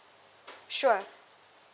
sure